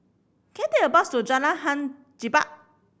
can I take a bus to Jalan Hang Jebat